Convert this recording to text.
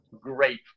Great